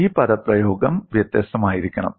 ഈ പദപ്രയോഗം വ്യത്യസ്തമായിരിക്കണം